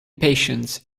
patience